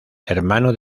hermano